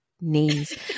knees